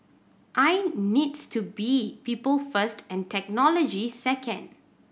aI needs to be people first and technology second